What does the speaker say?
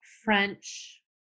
French